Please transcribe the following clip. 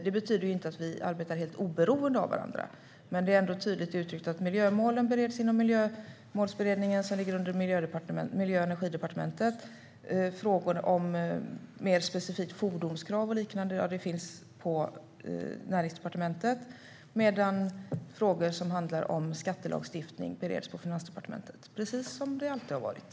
Det betyder inte att departementen arbetar helt oberoende av varandra, men det är tydligt uttryckt att miljömålen bereds i Miljömålsberedningen som arbetar under Miljö och energidepartementet. Specifika frågor om fordonskrav och liknande hanteras av Näringsdepartementet. Frågor som handlar om skattelagstiftning bereds inom Finansdepartementet - precis som det alltid har varit.